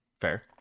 Fair